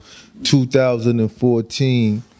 2014